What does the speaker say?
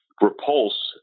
Repulse